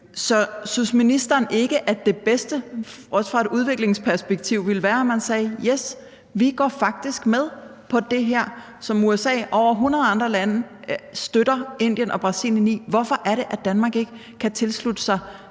Så synes ministeren ikke, at det bedste, også ud fra et udviklingsperspektiv, ville være, at man sagde, at yes, vi går faktisk med på det her, som USA og over hundrede andre lande støtter Indien og Brasilien i? Hvorfor kan Danmark ikke tilslutte sig